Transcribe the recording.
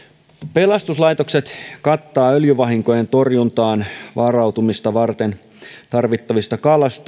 pelastuslaitokset kattavat öljyvahinkojen torjuntaan varautumista varten tarvittavista